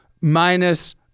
minus